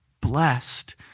blessed